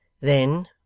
Then—